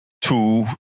two